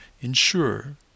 ensure